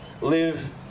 live